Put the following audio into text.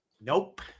Nope